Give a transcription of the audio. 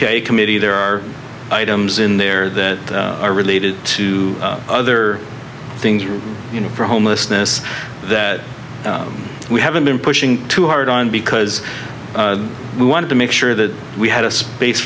a committee there are items in there that are related to other things you know for homelessness that we haven't been pushing too hard on because we wanted to make sure that we had a space